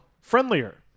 friendlier